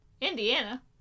Indiana